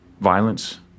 violence